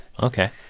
Okay